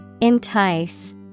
Entice